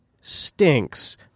stinks